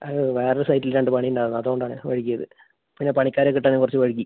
അത് വേറ ഒരു സൈറ്റിൽ രണ്ട് പണി ഉണ്ടായിരുന്നു അതുകൊണ്ട് ആണ് വൈകിയത് പിന്നെ പണിക്കാരെ കിട്ടാനും കുറച്ച് വൈകി